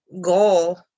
goal